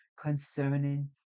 concerning